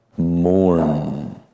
Mourn